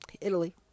Italy